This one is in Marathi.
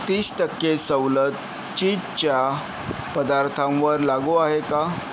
तीस टक्के सवलत चीजच्या पदार्थांंवर लागू आहे का